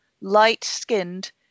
light-skinned